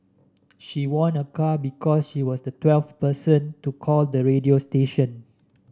she won a car because she was the twelfth person to call the radio station